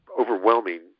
overwhelming